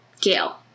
Gail